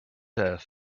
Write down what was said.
death